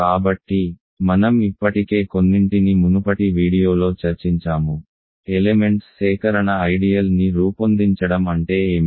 కాబట్టి మనం ఇప్పటికే కొన్నింటిని మునుపటి వీడియోలో చర్చించాము ఎలెమెంట్స్ సేకరణ ఐడియల్ ని రూపొందించడం అంటే ఏమిటి